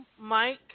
Mike